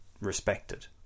respected